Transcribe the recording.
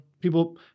people